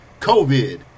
COVID